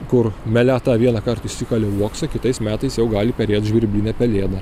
kur meleta vienąkart įsikalė į uoksą kitais metais jau gali perėt žvirblinė pelėda